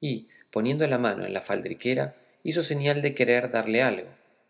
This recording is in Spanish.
y poniendo la mano en la faldriquera hizo señal de querer darle algo